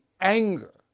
anger